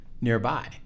nearby